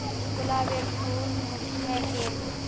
गुलाबेर फूल मुर्झाए गेल